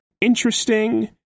interesting